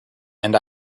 and